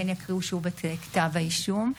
גם בהכרעות ובפעולות קשות,